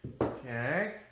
okay